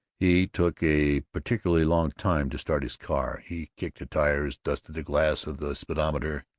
he took a particularly long time to start his car he kicked the tires, dusted the glass of the speedometer,